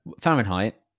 Fahrenheit